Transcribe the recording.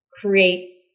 create